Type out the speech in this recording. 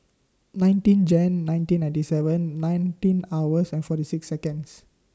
nineteen Jan nineteen ninety seven nineteen hours and forty six Seconds